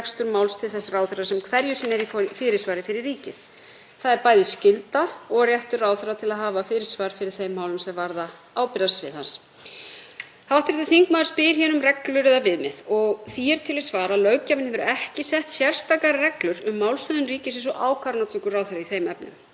hans. Hv. þingmaður spyr hér um reglur eða viðmið. Því er til að svara að löggjafinn hefur ekki sett sérstakar reglur um málshöfðun ríkisins og ákvarðanatöku ráðherra í þeim efnum. Um það fer samkvæmt þeim almennu reglum sem gilda um störf ráðherra sem æðsta handhafa framkvæmdarvalds á sínu sviði. Því er ákvörðun ráðherra um að höfða mál eða áfrýja máli